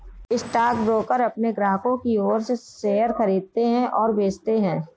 stockbroker अपने ग्राहकों की ओर से शेयर खरीदते हैं और बेचते हैं